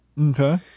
Okay